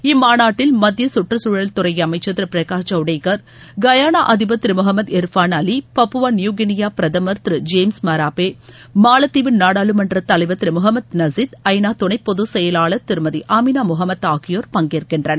இம்மாநாட்டில் மத்திய கற்றுச்சூழல் துறை அமைச்சர் திரு பிரகாஷ் ஜவடேகர் கயானா அதிபர் திரு Mohamed Irfaan Ali Papua New Guinea பிரதமர் திரு ஜேம்ஸ் மராப்பே மாலத்தீவு நாடாளுமன்ற தலைவர் திரு முகமது நஸீத் ஜநா துணைப்பொதுச்செயலாளர் திருமதி ஆமினா முகமத் ஆகியோர் பங்கேற்கின்றனர்